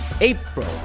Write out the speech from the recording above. April